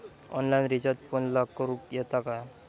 Online recharge फोनला करूक येता काय?